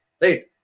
right